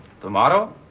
Tomorrow